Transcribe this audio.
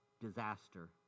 disaster